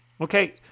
Okay